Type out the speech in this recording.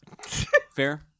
fair